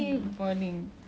it's a mini paradise